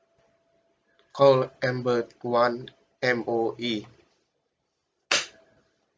call number one M_O_E